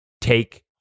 take